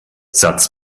satz